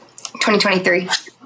2023